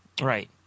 Right